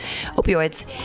opioids